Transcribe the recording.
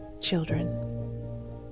children